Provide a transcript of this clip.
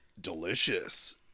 Delicious